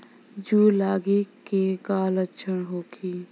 जूं लगे के का लक्षण का होखे?